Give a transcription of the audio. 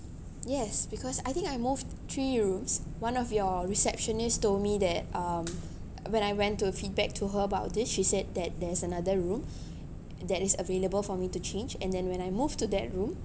yes because I think I moved three rooms one of your receptionist told me that um when I went to feedback to her about this she said that there is another room that is available for me to change and then when I move to that room